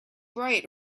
bright